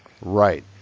Right